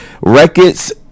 Records